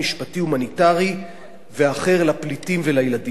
הומניטרי ואחר לפליטים ולילדים שלהם.